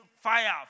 fire